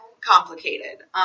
complicated